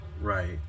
Right